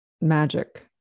magic